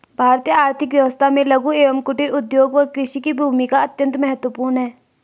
भारतीय आर्थिक व्यवस्था में लघु एवं कुटीर उद्योग व कृषि की भूमिका अत्यंत महत्वपूर्ण है